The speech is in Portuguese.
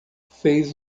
fez